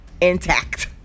intact